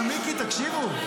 אבל מיקי, תקשיבו.